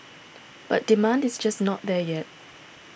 but demand is just not there yet